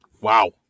Wow